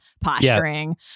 posturing